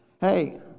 Hey